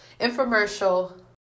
infomercial